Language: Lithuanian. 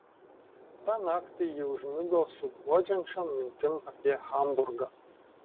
tą naktį ji užmigo su guodžiančiom mintim apie hamburgą